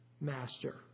master